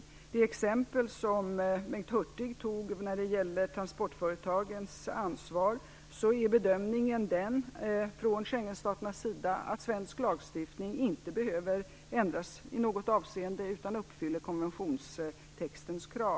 Vad gäller det exempel som Bengt Hurtig tog när det gällde transportföretagens ansvar är bedömningen från Schengenstaternas sida att svensk lagstiftning inte i något avseende behöver ändras utan uppfyller konventionstextens krav.